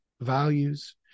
Values